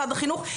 משרד החינוך,